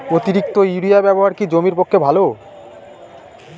অতিরিক্ত ইউরিয়া ব্যবহার কি জমির পক্ষে ভালো?